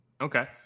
Okay